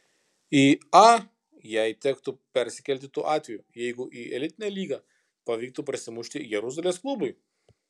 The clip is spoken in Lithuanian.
į a jai tektų persikelti tuo atveju jeigu į elitinę lygą pavyktų prasimušti jeruzalės klubui